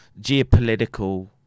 geopolitical